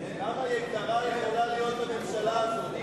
כמה יקרה יכולה להיות הממשלה הזאת?